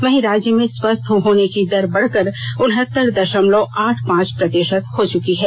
वहीं राज्य में स्वस्थ होने की दर बढ़कर उन्हत्तर दशमलव आठ पांच प्रतिशत हो चुकी है